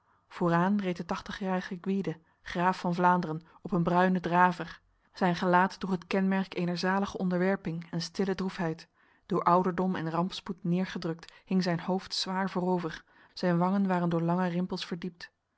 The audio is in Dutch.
vooraan reed de tachtigjarige gwyde graaf van vlaanderen op een bruine draver zijn gelaat droeg het kenmerk ener zalige onderwerping en stille droefheid door ouderdom en rampspoed neergedrukt hing zijn hoofd zwaar voorover zijn wangen waren door lange rimpels verdiept